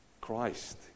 Christ